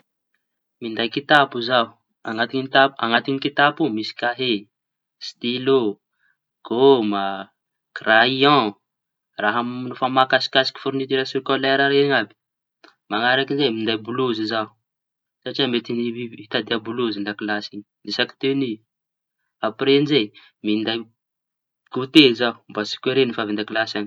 Minday kitapo zaho añat- añaty kitapo iñy misy kahie, stilô, goma, kraiô. Raha fa mahakasikasiky fornitira skolera reñy àby. Mañaraky zay minday bolozy zaho satria mety hitadia bolozy an-dakilasy iñy isaky tenia. Aprey añizay da minday gotey zaho mba tsy ho kere no fa avy an-dakilasy añy.